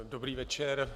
Dobrý večer.